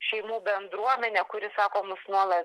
šeimų bendruomenę kuri sako mus nuolat